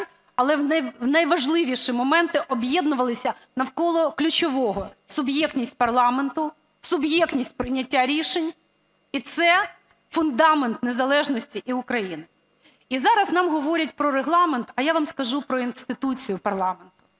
Але в найважливіші моменти об'єднувалися навколо ключового: суб'єктність парламенту, суб'єктність прийняття рішень і це фундамент незалежності і України. І зараз нам говорять про Регламент, а я вам скажу про інституцію парламенту.